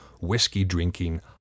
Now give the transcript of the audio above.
whiskey-drinking